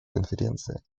конференции